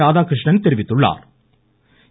ராதாகிருஷ்ணன் தெரிவித்துள்ளாா்